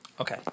Okay